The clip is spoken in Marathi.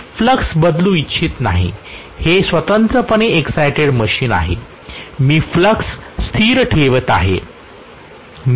मी फ्लक्स बदलू इच्छित नाही हे स्वतंत्रपणे एक्सायटेड मशीन आहे मी फ्लक्स स्थिर ठेवत आहे